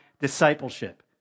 discipleship